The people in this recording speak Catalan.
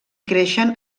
creixen